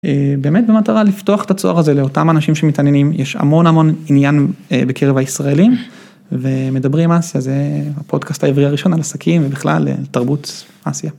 באמת במטרה לפתוח את הצוהר הזה לאותם אנשים שמתעניינים, יש המון המון עניין בקרב הישראלים ומדברים אסיה, זה הפודקאסט העברי הראשון על עסקים ובכלל תרבות אסיה.